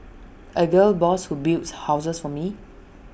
A gal boss who builds houses for me